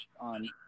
on